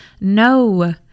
No